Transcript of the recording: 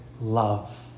Love